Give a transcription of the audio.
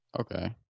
Okay